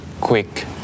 quick